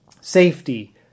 Safety